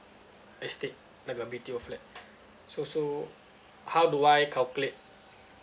estate like your B_T_O flat so so how do I calculate